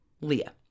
Leah